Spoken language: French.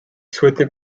souhaitait